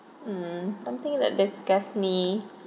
mm something that disgusts me